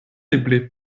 eble